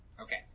Okay